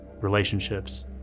relationships